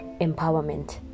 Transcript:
empowerment